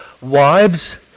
wives